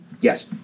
Yes